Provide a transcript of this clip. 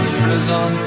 prison